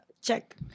check